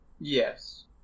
Yes